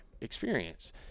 experience